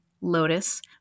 lotus